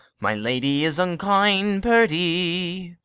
my lady is unkind, perdy.